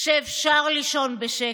שאפשר לישון בשקט,